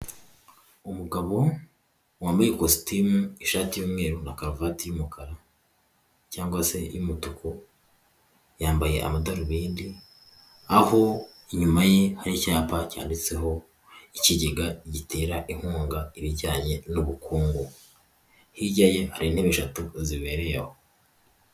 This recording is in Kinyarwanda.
Umugabo wambaye ikositimu ishati y'umweru na karuvati y'umukara, cyangwa se y'umutuku, yambaye amadarubindi aho inyuma ye hari icyapa cyanditseho ikigega gitera inkunga ibijyanye n'ubukungu. Hirya ye ari intebe eshatu zibereye aho.